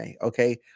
Okay